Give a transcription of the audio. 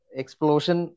explosion